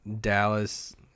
Dallas